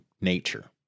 nature